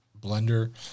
blender –